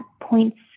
points